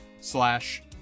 Slash